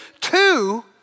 two